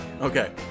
Okay